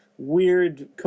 Weird